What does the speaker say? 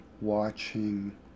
watching